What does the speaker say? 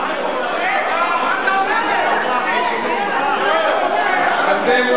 פעם ראשונה, פעם שנייה, פעם שלישית, החוצה.